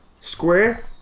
Square